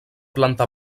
planta